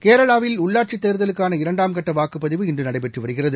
கேரளாவில் உள்ளாட்சித் தேர்தலுக்கான இரண்டாம் கட்ட வாக்குப்பதிவு இன்று நடைபெற்று வருகிறது